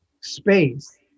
space